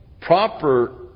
proper